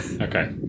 Okay